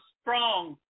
strong